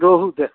रोहू दै